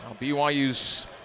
BYU's